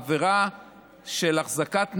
העבירה של החזקת נשק,